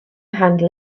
handle